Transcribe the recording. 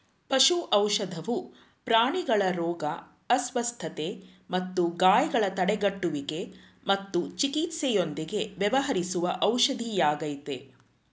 ಪಶು ಔಷಧವು ಪ್ರಾಣಿಗಳ ರೋಗ ಅಸ್ವಸ್ಥತೆ ಮತ್ತು ಗಾಯಗಳ ತಡೆಗಟ್ಟುವಿಕೆ ಮತ್ತು ಚಿಕಿತ್ಸೆಯೊಂದಿಗೆ ವ್ಯವಹರಿಸುವ ಔಷಧಿಯಾಗಯ್ತೆ